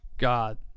god